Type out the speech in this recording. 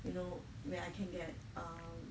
you know where I can get err